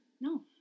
No